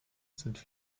sind